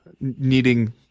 needing